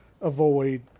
avoid